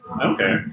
Okay